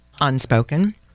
unspoken